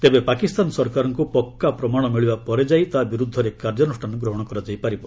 ତେବେ ପାକିସ୍ତାନ ସରକାରଙ୍କୁ ପକ୍କା ପ୍ରମାଣ ମିଳିବା ପରେ ଯାଇଁ ତା' ବିରୁଦ୍ଧରେ କାର୍ଯ୍ୟାନୁଷ୍ଠାନ ଗ୍ରହଣ କରାଯାଇପାରିବ